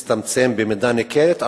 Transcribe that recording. זה הצטמצם במידה ניכרת,